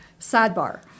sidebar